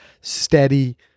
steady